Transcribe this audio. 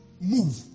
move